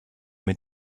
mit